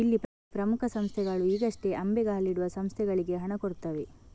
ಇಲ್ಲಿ ಪ್ರಮುಖ ಸಂಸ್ಥೆಗಳು ಈಗಷ್ಟೇ ಅಂಬೆಗಾಲಿಡುವ ಸಂಸ್ಥೆಗಳಿಗೆ ಹಣ ಕೊಡ್ತವೆ